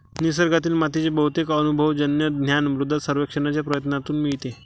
निसर्गातील मातीचे बहुतेक अनुभवजन्य ज्ञान मृदा सर्वेक्षणाच्या प्रयत्नांतून मिळते